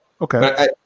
okay